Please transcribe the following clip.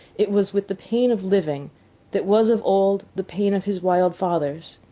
it was with the pain of living that was of old the pain of his wild fathers,